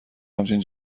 همچین